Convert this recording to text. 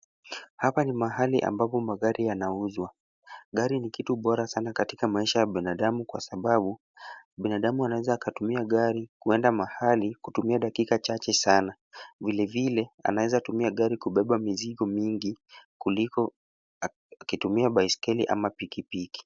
Hapa ni mahali ambapo magari yanauzwa. Gari ni kitu bora sana katika maisha ya binadamu kwa sababu binadamu anaeza akatumia gari kuenda mahali kutumia dakika chache sana. Vile vile anaeza tumia gari kubeba mizigo mingi kuliko akitumia baiskeli ama pikipiki.